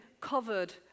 covered